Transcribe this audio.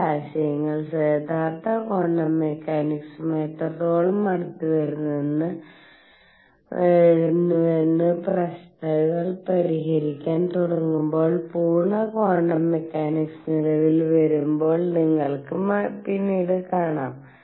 ഈ ആശയങ്ങൾ യഥാർത്ഥ ക്വാണ്ടം മെക്കാനിക്സുമായി എത്രത്തോളം അടുത്തുവന്നുവെന്ന് പ്രശ്നങ്ങൾ പരിഹരിക്കാൻ തുടങ്ങുമ്പോൾ പൂർണ്ണ ക്വാണ്ടം മെക്കാനിക്സ് നിലവിൽ വരുമ്പോൾ നിങ്ങൾ പിന്നീട് കാണും